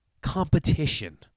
competition